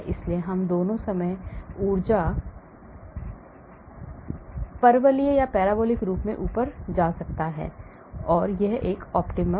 इसलिए यह दोनों समय ऊर्जा एक परवलयिक रूप में ऊपर जा रहा है यह सबसे optimum है